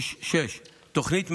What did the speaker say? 6. תוכנית מניעה,